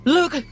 Look